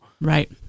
Right